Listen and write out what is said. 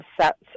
sets